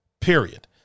period